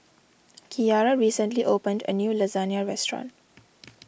Kiarra recently opened a new Lasagna restaurant